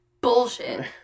bullshit